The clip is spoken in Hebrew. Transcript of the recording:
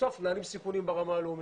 בסוף מנהלים סיכונים ברמה הלאומית.